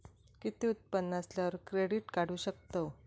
किती उत्पन्न असल्यावर क्रेडीट काढू शकतव?